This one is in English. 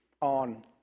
on